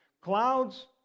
Clouds